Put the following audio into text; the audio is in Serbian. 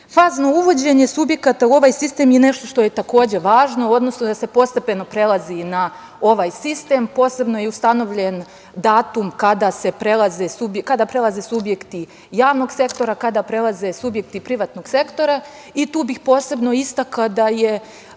uvođenje subjekata u ovaj sistem je nešto što je takođe važno, odnosno da se postepeno prelazi na ovaj sistem. Posebno je ustanovljen datum kada prelaze subjekti javnog sektora, kada prelaze subjekti privatnog sektora i tu bih posebno istakla da je